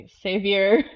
savior